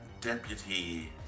deputy